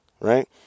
right